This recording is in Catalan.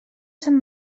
sant